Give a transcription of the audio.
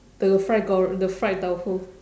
the fried gor~ the fried tauhu